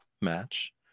match